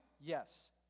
Yes